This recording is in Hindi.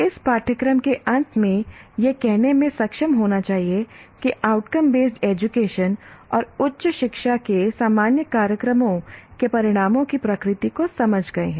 इस पाठ्यक्रम के अंत में यह कहने में सक्षम होना चाहिए कि आउटकम बेस्ड एजुकेशन और उच्च शिक्षा के सामान्य कार्यक्रमों के परिणामों की प्रकृति को समझ गए हैं